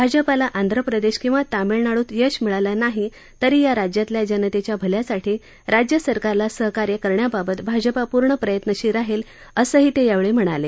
भाजपला आंध्र प्रदेश किवा तामिळनाडूत यश मिळालं नाही तरी या राज्यातल्या जनतेच्या भल्यासाठी राज्यसरकारला सहकार्य करण्याबाबत भाजप पूर्ण प्रयत्नशील राहील असंही ते यावेळी म्हणाले